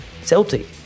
Celtic